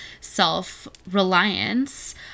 self-reliance